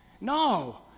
No